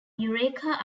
eureka